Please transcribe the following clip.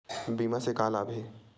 बीमा से का लाभ हे?